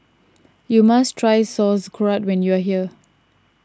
you must try Sauerkraut when you are here